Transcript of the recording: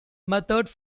methods